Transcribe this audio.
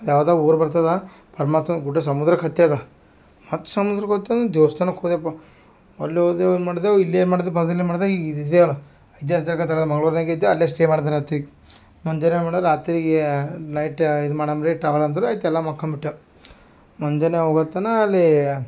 ಅದು ಯಾವುದೋ ಊರು ಬರ್ತದೆ ಪರ್ಮಾತ್ಮಂದು ಗುಡಿ ಸಮುದ್ರಕ್ಕೆ ಹತ್ತಿರ ಅದೆ ಮತ್ತು ಸಮುದ್ರಕ್ಕೆ ಹೊಗ್ತೇನ್ ದೇವಸ್ಥಾನ್ಕ ಹೋದೆವಪ್ಪ ಅಲ್ಲಿ ಹೋದೆವು ಏನು ಮಾಡ್ದೇವು ಇಲ್ಲಿ ಏನು ಮಾಡ್ದೆ ಬದನೆ ಮಾಡ್ದೆ ಈ ಈ ಇದೇ ಅಲ್ಲ ಇತಿಹಾಸದಾಗ ಜಾಗ ಮಂಗ್ಳೂರ್ನಾಗೆ ಐತೆ ಅಲ್ಲೇ ಸ್ಟೇ ಮಾಡ್ದೆ ರಾತ್ರಿಗೆ ಮುಂಜಾನೆ ಏನ್ಮಾಡ್ದ ರಾತ್ರಿಗೆ ನೈಟ್ ಇದ್ ಮಾಡೋನ್ ರೀ ಟ್ರಾವಲ್ ಅಂದ್ರೆ ಕೆಲವು ಮಲ್ಕೊಂಬಿಟ್ಟೇವ್ ಮುಂಜಾನೆ ಹೋಗೋತನಾ ಅಲ್ಲಿ